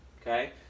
okay